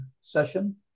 session